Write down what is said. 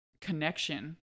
connection